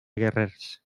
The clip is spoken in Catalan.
guerrers